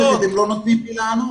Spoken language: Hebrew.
השאלות מצוינות, אתם לא נותנים לי לענות.